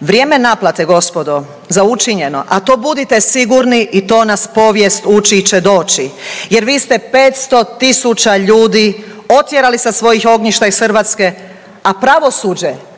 Vrijeme naplate gospodo za učinjeno, a to budite sigurni i to nas povijest uči će doći jer vi ste 500.000 ljudi otjerali sa svojih ognjišta iz Hrvatske, a pravosuđe,